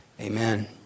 Amen